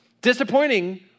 disappointing